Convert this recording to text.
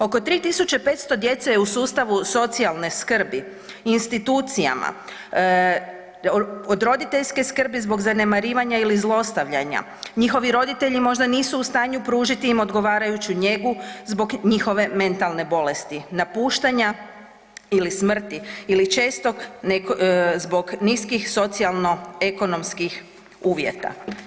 Oko 3500 djece je u sustavu socijalne skrbi, institucijama, od roditeljske skrbi zbog zanemarivanja ili zlostavljanja, njihovi roditelji možda nisu u stanju pružiti im odgovarajuću njegu zbog njihove mentalne bolesti, napuštanja ili smrti ili često zbog niskih socijalno-ekonomskih uvjeta.